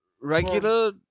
regular